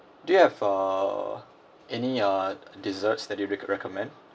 do you have err any uh desserts that you'd reco~ recommend